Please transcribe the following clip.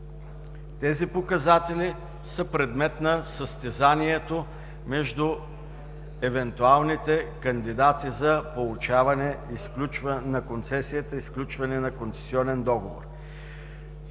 тези показатели са предмет на състезанието между евентуалните кандидати за получаване на концесията и сключване на концесионен договор.